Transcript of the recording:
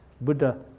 Buddha